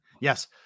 yes